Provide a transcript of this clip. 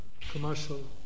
commercial